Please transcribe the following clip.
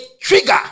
trigger